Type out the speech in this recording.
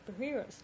superheroes